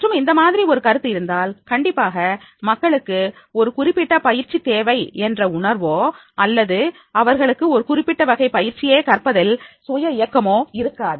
மற்றும் இந்த மாதிரி ஒரு கருத்து இருந்தால் கண்டிப்பாக மக்களுக்கு ஒரு குறிப்பிட்ட பயிற்சி தேவை என்ற உணர்வோ அல்லது அவர்களுக்கு ஒரு குறிப்பிட்ட வகை பயிற்சியை கற்பதில் சுய இயக்கமோ இருக்காது